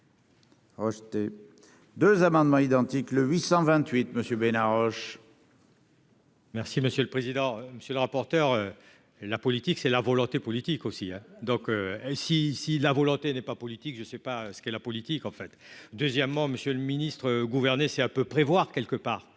Rejeté 2 amendements identiques : le 828 Monsieur Bénard Roche. Merci monsieur le président, monsieur le rapporteur, la politique, c'est la volonté politique aussi, donc, si, si la volonté n'est pas politique, je ne sais pas ce qu'est la politique, en fait, deuxièmement, Monsieur le Ministre, gouverner, c'est à peu prévoir quelque part